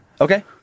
Okay